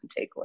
takeaway